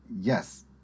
yes